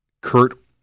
Kurt